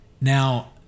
Now